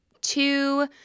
two